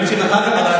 נמשיך אחר כך.